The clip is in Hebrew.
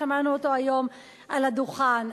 שמענו אותו היום על הדוכן.